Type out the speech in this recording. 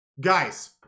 guys